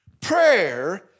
Prayer